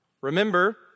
Remember